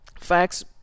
Facts